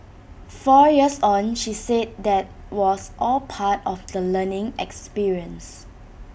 four years on she said that was all part of the learning experience